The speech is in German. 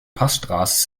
passstraße